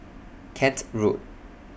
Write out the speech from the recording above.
Kent Road